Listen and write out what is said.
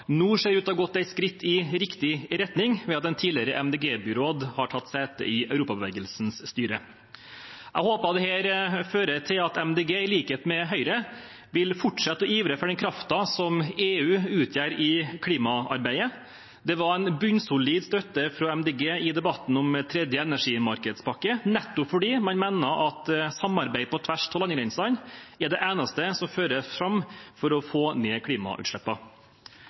nå ser ut til å ha gått et skritt i riktig retning ved at en tidligere MDG-byråd har tatt sete i Europabevegelsens styre. Jeg håper at dette fører til at Miljøpartiet De Grønne, i likhet med Høyre, vil fortsette å ivre for den kraften som EU utgjør i klimaarbeidet. Det var en bunnsolid støtte fra Miljøpartiet De Grønne i debatten om EUs tredje energimarkedspakke, nettopp fordi man mener at samarbeid på tvers av landegrensene er det eneste som fører fram for å få ned